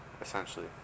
essentially